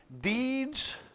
deeds